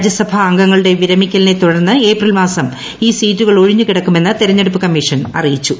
രാജ്യസഭാ അംഗങ്ങളുടെ വിരമിക്കലിനെ തുടർന്ന് ഏപ്രിൽ മാസം ഇൌ സീറ്റുകൾ ഒഴിഞ്ഞുകിടക്കുമെന്ന് തെരഞ്ഞെടുപ്പ് കമ്മീഷൻ അറിയിച്ചു